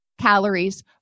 calories